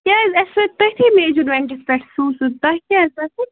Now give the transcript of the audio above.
کیٛازِ اَسہِ سُو تٔتھی میجَرمٮ۪نٹَس پٮ۪ٹھ سُو سُہ تۄہہِ کیٛاہ